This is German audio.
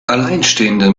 alleinstehende